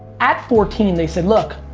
at fourteen they said look,